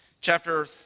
chapter